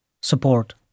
support